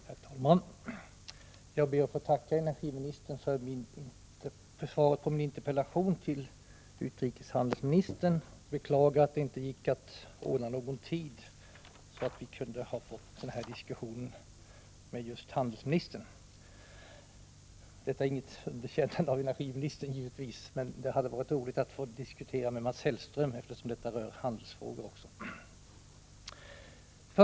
Herr talman! Jag ber att få tacka energiministern för svaret på min interpellation till utrikehandelsministern. Jag beklagar att det inte gick att ordna en tid så att vi kunde ha fått den här diskussionen med just handelsministern. Detta är givetvis inget underkännande av energiministern, men det hade varit roligt att få diskutera med Mats Hellström, eftersom det rör handelsfrågor också.